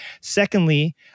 Secondly